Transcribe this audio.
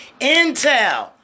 Intel